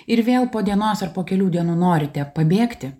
ir vėl po dienos ar po kelių dienų norite pabėgti